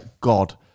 God